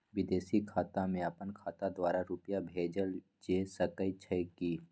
विदेशी खाता में अपन खाता द्वारा रुपिया भेजल जे सके छै की?